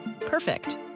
Perfect